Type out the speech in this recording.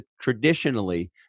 traditionally